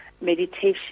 meditation